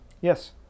Yes